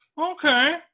okay